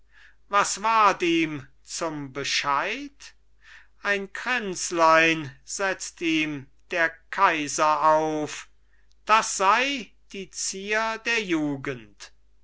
was ward ihm zum bescheid ein kränzlein setzt ihm der kaiser auf das sei die zier der jugend